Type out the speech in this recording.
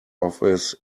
office